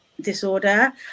disorder